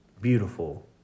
Beautiful